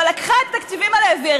אבל היא לקחה את התקציבים האלה והעבירה